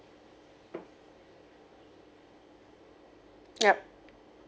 ya